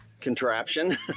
contraption